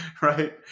right